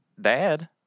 Dad